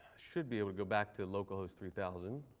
should be able to go back to local host three thousand.